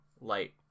light